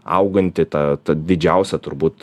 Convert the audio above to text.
auganti ta ta didžiausia turbūt